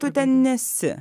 tu ten nesi